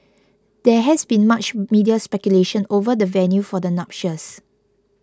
there has been much media speculation over the venue for the nuptials